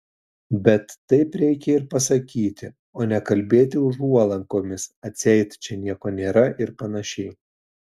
bet taip reikia ir pasakyti o ne kalbėti užuolankomis atseit čia nieko nėra ir panašiai